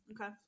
Okay